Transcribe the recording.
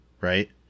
right